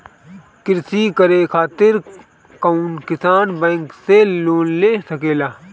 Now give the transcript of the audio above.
कृषी करे खातिर कउन किसान बैंक से लोन ले सकेला?